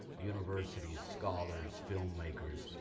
universities, scholars, filmmakers,